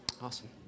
Awesome